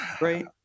right